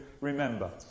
remember